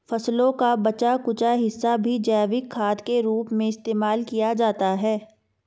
फसलों का बचा कूचा हिस्सा भी जैविक खाद के रूप में इस्तेमाल किया जाता है